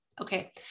okay